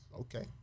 Okay